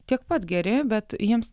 tiek pat geri bet jiems